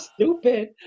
stupid